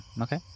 okay